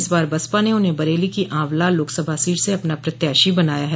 इस बार बसपा ने उन्हें बरेली की आंवला लोकसभा सीट से अपना प्रत्याशी बनाया है